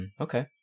Okay